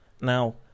Now